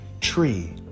tree